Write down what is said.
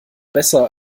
besser